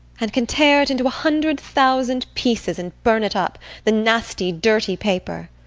and can tear it into a hundred thousand pieces, and burn it up the nasty dirty paper!